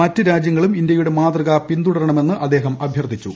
മറ്റ് രാജ്യങ്ങളും ഇന്ത്യയുടെ മാതൃക പിന്തുടരണമെന്ന് അദ്ദേഹം അഭ്യർത്ഥിച്ചു